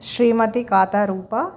श्रीमती कातारूप